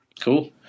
Cool